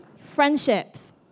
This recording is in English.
friendships